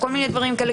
או כל מיני דברים כאלה,